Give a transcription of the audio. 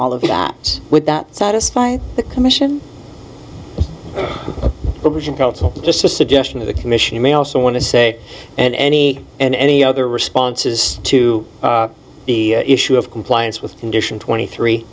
all of the dots would that satisfy the commission just a suggestion of the commission you may also want to say and any and any other responses to the issue of compliance with condition twenty three